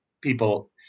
people